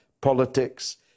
politics